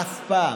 אף פעם.